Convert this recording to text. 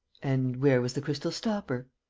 and where was the crystal stopper?